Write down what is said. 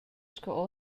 sco